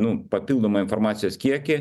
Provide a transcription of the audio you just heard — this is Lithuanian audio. nu papildomą informacijos kiekį